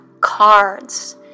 cards